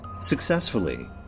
successfully